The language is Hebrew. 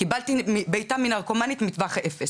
קיבלתי בעיטה מנרקומנית מטווח אפס.